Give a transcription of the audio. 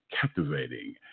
captivating